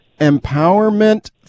Empowerment